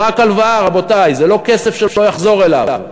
זה רק הלוואה, רבותי, זה לא כסף שלא יחזור אליו.